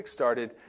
kickstarted